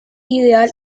ideal